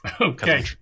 Okay